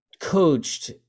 coached